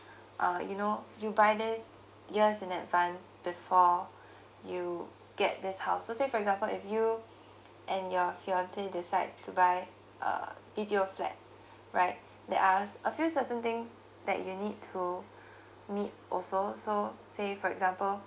uh you know you buy this years in advance before you get this house so say for example if you and your fiancé decide to buy uh B_T_O flat right there are a few certain things that you need to meet also so say for example